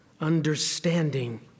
understanding